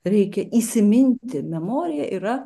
reikia įsiminti memoria yra